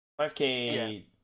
5k